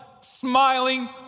smiling